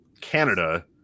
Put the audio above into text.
Canada